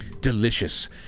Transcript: delicious